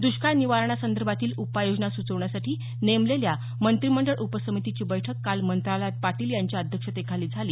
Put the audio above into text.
दृष्काळ निवारणासंदर्भातील उपाय योजना सुचवण्यासाठी नेमलेल्या मंत्रिमंडळ उपसमितीची बैठक काल मंत्रालयात पाटील यांच्या अध्यक्षतेखाली झाली